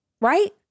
right